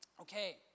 Okay